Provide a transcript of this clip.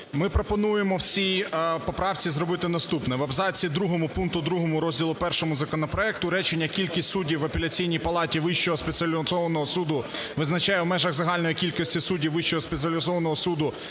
Ми пропонуємо в цій поправці зробити наступне. В абзаці другому пункту 2 розділу І законопроекту речення "Кількість суддів в Апеляційній палаті Вищого спеціалізованого суду визначає в межах загальної кількості суддів Вищого спеціалізованого суду